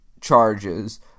charges